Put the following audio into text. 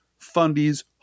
fundies